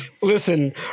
Listen